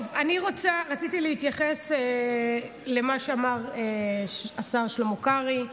רציתי להתייחס למה שאמר השר שלמה קרעי.